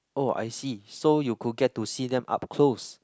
oh I see so you could get to see them up close